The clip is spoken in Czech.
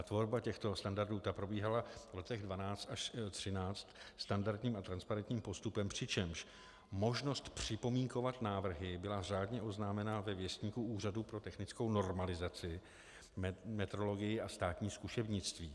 Tvorba těchto standardů probíhala v letech 2012 až 2013 standardním a transparentním postupem, přičemž možnost připomínkovat návrhy byla řádně oznámena ve Věstníku Úřadu pro technickou normalizaci, metrologii a státní zkušebnictví.